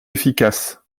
efficace